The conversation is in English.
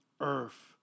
earth